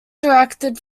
directed